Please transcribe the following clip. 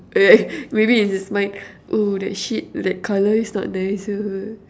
maybe in his mind oh that shit that colour is not nice